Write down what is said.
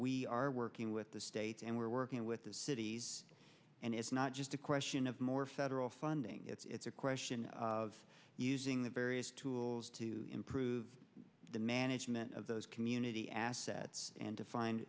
we are working with the states and we're working with the cities and it's not just a question of more federal funding it's a question of using the various tools to improve the management of those community assets and to find